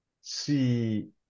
see